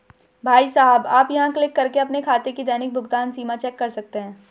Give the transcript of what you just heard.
भाई साहब आप यहाँ क्लिक करके अपने खाते की दैनिक भुगतान सीमा चेक कर सकते हैं